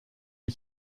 ich